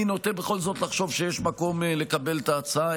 אני נוטה בכל זאת לחשוב שיש מקום לקבל את ההצעה,